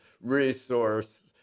resource